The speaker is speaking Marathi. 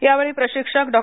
यावेळी प्रशिक्षक डॉ